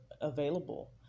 available